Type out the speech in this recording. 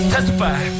Testify